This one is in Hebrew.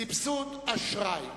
סבסוד אשראי.